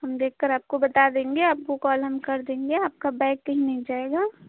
हम देख कर आपको बता देंगे आपको कॉल हम कर देंगे आपका बैग कहीं मिल जायेगा